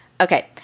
Okay